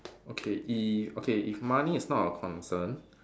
okay if okay if money is not a concern